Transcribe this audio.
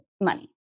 money